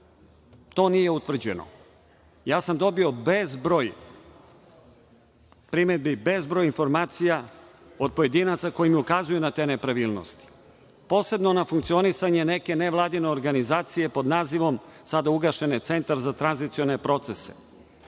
To nije utvrđeno. Ja sam dobio bezbroj primedbi, bezbroj informacija od pojedinaca koji mi ukazuju na te nepravilnosti, a posebno na funkcionisanje neke nevladine organizacije, sada ugašene, pod nazivom „Centar za tranzicione procese“.